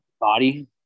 Body